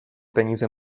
peníze